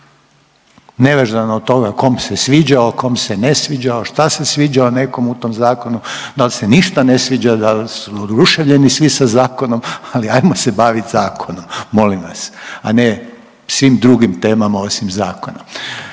nevezano od toga kom se sviđao, kom se ne sviđao, šta se sviđa nekom u tom zakonu, dal se ništa ne sviđa, dal su oduševljeni svi sa zakonom, ali ajmo se bavit zakonom, molim vas, a ne svim drugim temama osim zakona.